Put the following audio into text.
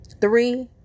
Three